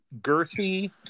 girthy